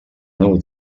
nou